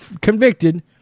convicted